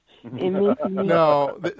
No